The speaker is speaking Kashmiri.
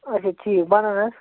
اَچھا ٹھیٖک بَنَن حظ